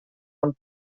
món